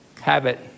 Habit